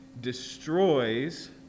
destroys